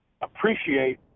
appreciate